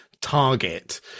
target